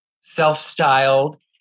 self-styled